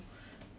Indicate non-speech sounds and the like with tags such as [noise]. [breath]